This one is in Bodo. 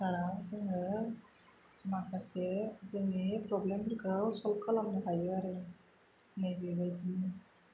संसाराव जोङो माखासे जोंनि प्रब्लेमफोरखौ सल्भ खालामनो हायो आरो जों नैबे बादिनो